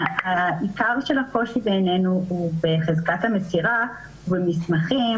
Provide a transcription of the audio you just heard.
עיקר הקושי בעינינו בחזקת המסירה הוא במסמכים,